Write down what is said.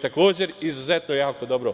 Takođe je skup dobro